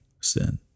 sin